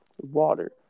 water